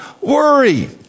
worry